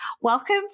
welcome